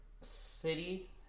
city